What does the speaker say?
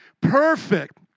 perfect